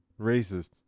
Racist